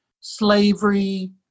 slavery